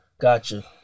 gotcha